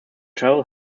travel